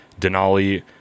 Denali